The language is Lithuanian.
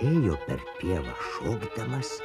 ėjo per pievą šokdamas